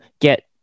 get